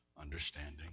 understanding